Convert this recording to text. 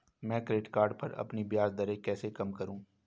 मैं credit card पर अपनी ब्याज दरें कैसे कम करूँ?